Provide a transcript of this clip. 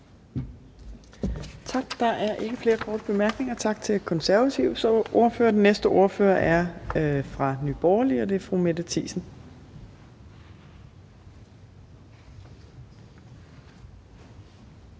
Tak. Der er ikke flere korte bemærkninger. Tak til den konservative ordfører. Den næste ordfører er fra Nye Borgerlige, og det er fru Mette Thiesen.